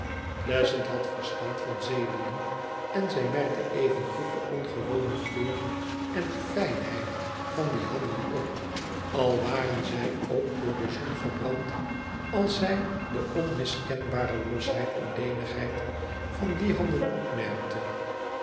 pleasant had verstand van zeelieden en zij merkte evengoed de ongewone kleur en fijnheid van die handen op al waren zij ook door de zon verbrand als zij de onmiskenbare losheid en lenigheid van die handen opmerkte